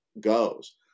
goes